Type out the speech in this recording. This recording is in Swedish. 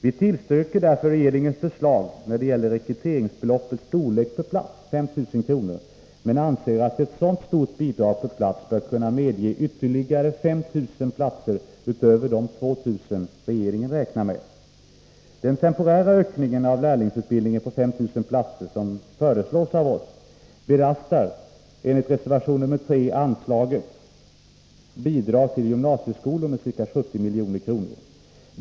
Vi tillstyrker därför regeringens förslag när det gäller rekryteringsbeloppets storlek per plats, 5 000 kr., men anser att ett så stort bidrag per plats bör kunna medge ytterligare 5 000 platser utöver de 2 000 regeringen räknar med. Den temporära ökning av lärlingsutbildningen på 5 000 platser som föreslås av oss belastar enligt reservation nr 3 anslaget Bidrag till driften av gymnasieskolor med ca 70 milj.kr.